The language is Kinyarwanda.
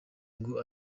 ngo